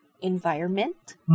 environment